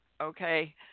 Okay